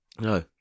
No